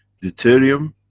deuterium.